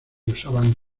usaban